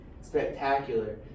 spectacular